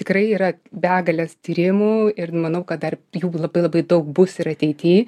tikrai yra begalės tyrimų ir manau kad dar jų labai labai daug bus ir ateity